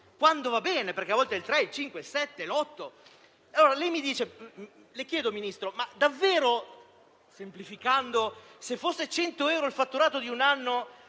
quando va bene, perché a volte è il 3, il 5, il 7 o l'8. Dunque le chiedo, Ministro, ma davvero crede, semplificando, che se fosse 100 euro il fatturato di un anno,